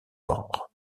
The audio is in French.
ordres